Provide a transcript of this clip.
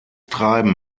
treiben